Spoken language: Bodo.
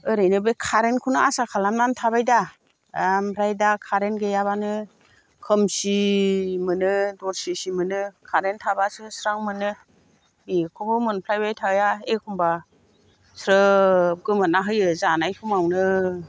ओरैनो बे कारेन्टखौनो आसा खालामनानै थाबाय दा ओमफ्राय दा कारेन्ट गैयाब्लानो खोमसि मोनो दरसिसि मोनो कारेन्ट थाब्लासो स्रां मोनो बेखौबो मोनफ्लायबाय थाया एखमब्ला स्रोब गोमोरना होयो जानाय समावनो